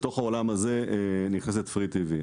בתוך העולם הזה נכנסת פרי טיוי.